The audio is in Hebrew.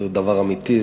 זה דבר אמיתי,